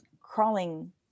crawling